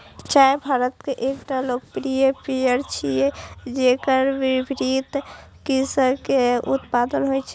चाय भारत के एकटा लोकप्रिय पेय छियै, जेकर विभिन्न किस्म के उत्पादन होइ छै